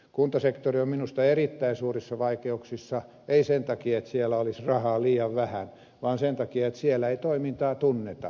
kuntasektori on minusta erittäin suurissa vaikeuksissa ei sen takia että siellä olisi rahaa liian vähän vaan sen takia että siellä ei toimintaa tunneta